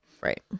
Right